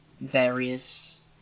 various